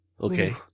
Okay